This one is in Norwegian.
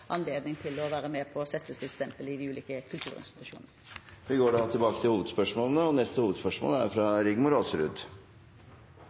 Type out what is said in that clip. anledning til å være med og sette sitt stempel på de ulike kulturinstitusjonene. Vi går til neste hovedspørsmål. Kulturministeren kan stå. Politikk er å prioritere, og regjeringens hovedprioritering er